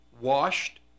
washed